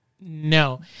No